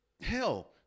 Hell